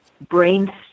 brain